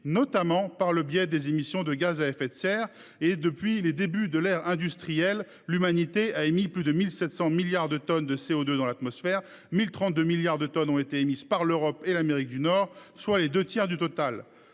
notamment par le biais des émissions de gaz à effet de serre. Depuis les débuts de l’ère industrielle, l’humanité a émis plus de 1 700 milliards de tonnes de CO2 dans l’atmosphère. Notez que 1 032 milliards de tonnes ont été émises par l’Europe et l’Amérique du Nord, soit les deux tiers du total